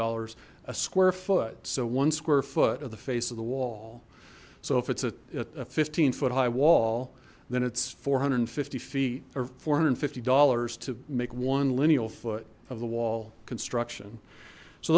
dollars a square foot so one square foot of the face of the wall so if it's a fifteen foot high wall then it's four hundred and fifty feet or four hundred and fifty dollars to make one lineal foot of the wall construction so